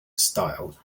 style